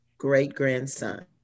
great-grandson